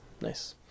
nice